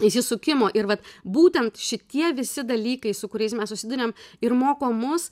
įsisukimo ir vat būtent šitie visi dalykai su kuriais mes susiduriam ir moko mus